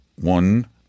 One